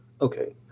Okay